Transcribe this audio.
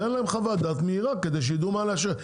תן להם חוות דעת מהירה כדי שידעו מה לאשר,